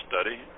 study